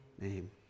name